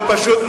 זה פשוט,